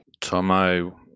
Tomo